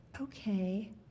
Okay